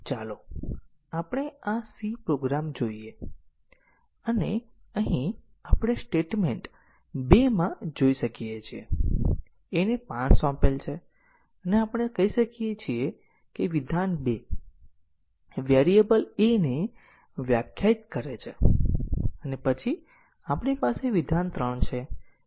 20 સ્ટેટમેન્ટો સાથેના પ્રોગ્રામ માટે લીનીયર રીતે ઈન્ડીપેન્ડન્ટ પાથનો સમૂહ શું છે તે ઓળખવા માટે તમે 1 અથવા 2 અઠવાડિયા ગાળી શકો છો અને તેથી કોઈ પણ ખરેખર પાથના લીનીયર રીતે ઈન્ડીપેન્ડન્ટ સમૂહને ઓળખવાનો પ્રયત્ન કરતું નથી પરંતુ અમે પાથ ટેસ્ટીંગ કરવામાં આ ખ્યાલનો ઉપયોગ કરીએ છીએ